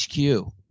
HQ